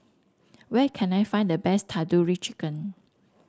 where can I find the best Tandoori Chicken